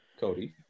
Cody